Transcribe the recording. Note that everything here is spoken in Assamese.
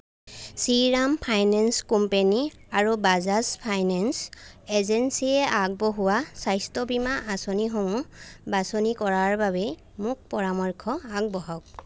শ্ৰীৰাম ফাইনেন্স কোম্পানী আৰু বাজাজ ফাইনেন্স এজেঞ্চিয়ে আগবঢ়োৱা স্বাস্থ্য বীমা আঁচনিসমূহ বাছনি কৰাৰ বাবে মোক পৰামৰ্শ আগবঢ়াওক